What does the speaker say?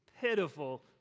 pitiful